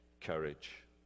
courage